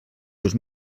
dos